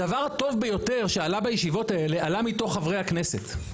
הדבר הטוב ביותר שעלה בישיבות האלה עלה מתוך חברי הכנסת.